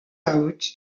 out